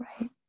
right